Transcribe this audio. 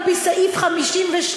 על-פי סעיף 52,